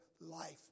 life